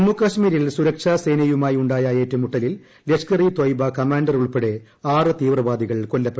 ജമ്മുകശ്മീരിൽ സുരുക്ഷാസേനയുമായുണ്ടായ ഏറ്റുമുട്ടലിൽ ലഷ്ക്ക്ർ ഇ തൊയ്ബ കമാന്റർ ഉൾപ്പെടെ ആറ് തീപ്പ്രവാദികൾ കൊല്ലപ്പെട്ടു